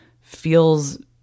feels